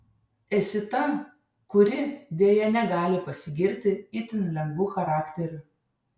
esi ta kuri deja negali pasigirti itin lengvu charakteriu